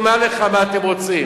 אני אומַר לך מה אתם רוצים.